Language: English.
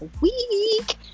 week